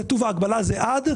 כתוב בהגבלה שזה "עד".